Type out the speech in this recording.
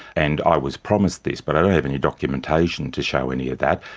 and i was promised this but i don't have any documentation to show any of that.